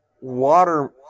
water